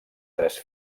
tres